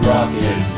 Rocket